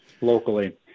locally